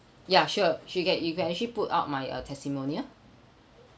ya sure she can you can actually put out my uh testimonial